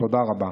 תודה רבה.